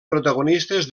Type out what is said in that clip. protagonistes